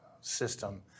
system